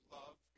love